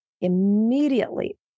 immediately